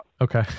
Okay